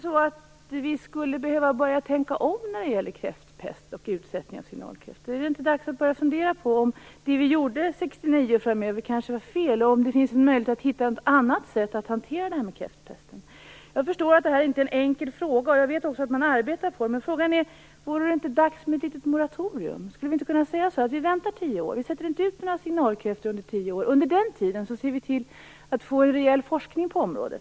Skulle vi inte behöva tänka om när det gäller kräftpest och utsättning av signalkräftor? Är det inte dags att börja fundera på om det vi gjorde 1969 och framöver kanske var fel, och om det finns en möjlighet att hitta ett annat sätt att hantera kräftpesten? Jag förstår att det inte är en enkel fråga. Jag vet också att man arbetar med den. Men frågan är om det inte vore dags för ett litet moratorium. Skulle vi inte kunna säga att vi väntar tio år med att sätta ut signalkräftor? Under den tiden ser vi till att få en rejäl forskning på området.